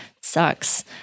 sucks